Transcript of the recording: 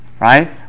right